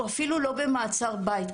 הוא אפילו לא במעצר בית,